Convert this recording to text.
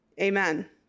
Amen